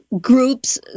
groups